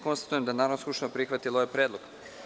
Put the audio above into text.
Konstatujem da je Narodna skupština prihvatila ovaj predlog.